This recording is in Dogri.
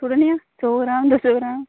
थोह्ड़ा नेहा सो ग्राम दो सो ग्राम